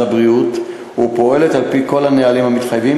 הבריאות ופועלת על-פי כל הנהלים המתחייבים,